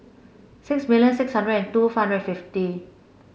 six million six hundred and two hundred fifty